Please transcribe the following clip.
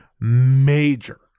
major